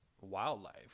wildlife